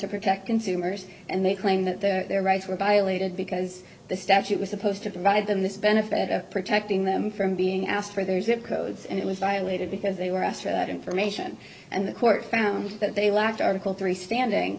to protect consumers and they claim that their rights were violated because the statute was supposed to provide them the benefit of protecting them from being asked for their zip codes and it was violated because they were asked for that information and the court found that they lacked article three standing